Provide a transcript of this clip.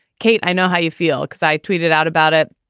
kate, i know how you feel excited tweeted out about it.